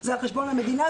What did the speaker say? זה על חשבון המדינה.